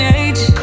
age